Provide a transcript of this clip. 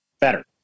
better